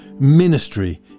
Ministry